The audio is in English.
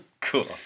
Cool